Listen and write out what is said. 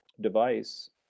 device